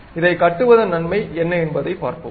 இதைக் கட்டுவதன் நன்மை என்ன என்பதைப் பார்ப்போம்